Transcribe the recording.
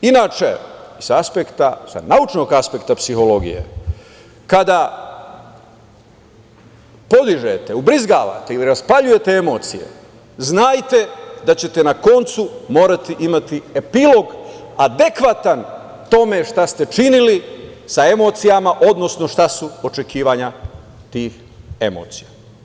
Inače, sa naučnog aspekta psihologije kada poližete, ubrizgavate ili raspaljujete emocije, znajte da ćete na koncu morati imati epilog adekvatan tome šta ste činili sa emocijama, odnosno šta su očekivanja tih emocija.